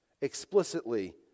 explicitly